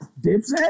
dipset